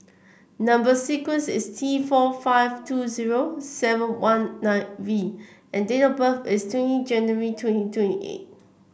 number sequence is T four five two zero seven one nine V and date of birth is twenty January twenty twenty eight